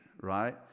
right